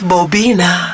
Bobina